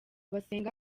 basenga